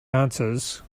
answers